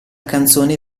canzone